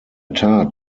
tat